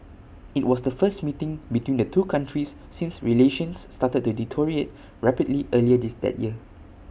IT was the first meeting between the two countries since relations started to deteriorate rapidly earlier this that year